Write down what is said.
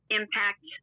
impact